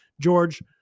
George